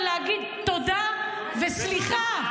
ולהגיד תודה -- וסליחה.